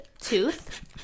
tooth